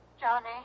Johnny